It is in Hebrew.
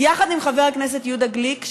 יחד עם חבר הכנסת יהודה גליק.